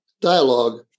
dialogue